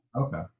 Okay